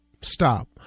stop